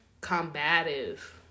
combative